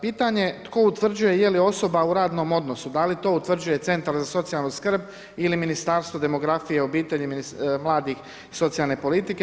Pitanje tko utvrđuje je li osoba u radnom odnosu, da li to utvrđuje centar za socijalnu skrb ili Ministarstvo demografije, obitelji, mladih socijalne politike.